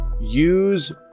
Use